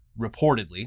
reportedly